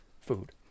food